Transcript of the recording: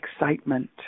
excitement